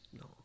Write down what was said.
No